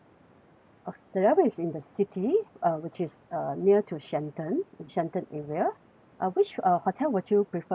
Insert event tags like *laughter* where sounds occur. of the other is in the city uh which is uh near to shenton in shenton area *breath* uh which uh hotel would you prefer please